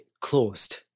closed